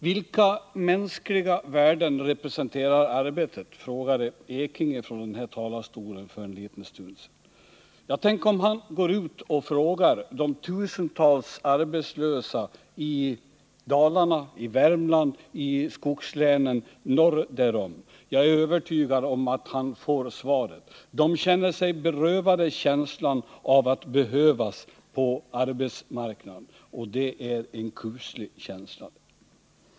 Vilka mänskliga värden representerar arbetet? frågade Bernt Ekinge från kammarens talarstol för en liten stund sedan. Tänk om han gick ut och frågade de tusentals arbetslösa i Dalarna, Värmland och skogslänen norr därom! Jag är övertygad om att han skulle få svaret: De känner sig berövade känslan av att behövas på arbetsmarknaden, och det är en kuslig känsla.